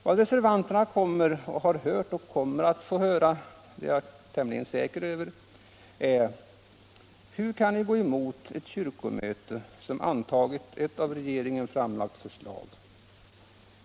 Vad vi reservanter har hört och kommer att få höra — därom är jag tämligen säker — är: ”Hur kan ni gå emot ett kyrkomöte som antagit ett av regeringen framlagt förslag?